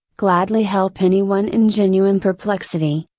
gladly help anyone in genuine perplexity,